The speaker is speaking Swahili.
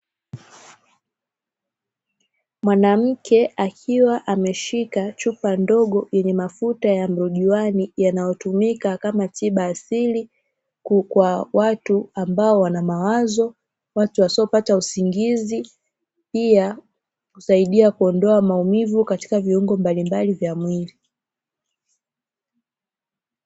Mwanamke akiwa ameshika chupa ndogo yenye mafuta ya mrojuani yanayotumika kama tiba asili. Kwa watu ambao wana mawazo, wasiopata usingizi, pia husaidia kuondoa maumivu katika viungo mbalimbali vya mwili.